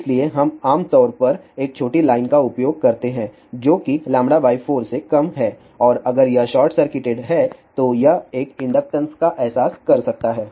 इसलिए हम आम तौर पर एक छोटी लाइन का उपयोग करते हैं जो कि λ 4 से कम है और अगर यह शॉर्ट सर्किटेड है तो यह एक इंडक्टेंस का एहसास कर सकता है